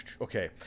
Okay